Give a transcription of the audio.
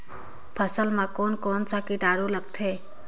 फसल मा कोन कोन सा कीटाणु लगथे?